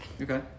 okay